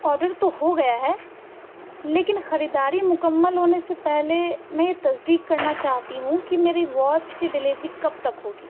order تو ہو گیا ہے لیکن خریداری مکمل ہونے سے پہلے میں یہ تصدیق کرنا چاہتی ہوں کہ میری واچ کی ڈیلیوری کب تک ہوگی